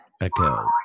Echo